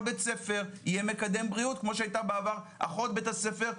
בית ספר יהיה מקדם בריאות כמו שהיתה בעבר אחות בית הספר,